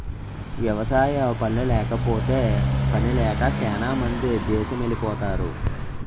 వ్యవసాయ పనుల్లేకపోతే పనిలేక సేనా మంది దేసమెలిపోతరు